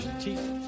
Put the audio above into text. teeth